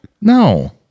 No